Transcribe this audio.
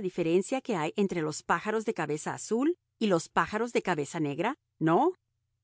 diferencia que hay entre los pájaros de cabeza azul y los pájaros de cabeza negra no